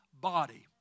body